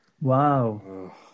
Wow